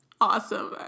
Awesome